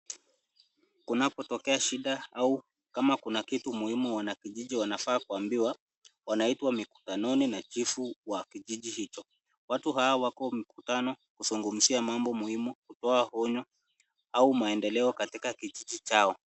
Kunapotokea shida au kama kitu muhimu wanakijiji wanafaa kuambiwa. Wanaitwa mikutanoni na chifu wa kijiji hicho. Watu hawa wako mkutano kuzungumzia mambo muhimu, kutoa onyo au maendeleo katika kijiji chao.